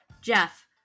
Jeff